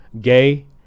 gay